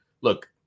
look